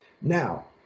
Now